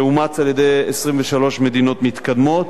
שאומץ על-ידי 23 מדינות מתקדמות,